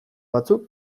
batzuk